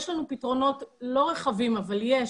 יש לנו פתרונות לא רחבים, אבל יש,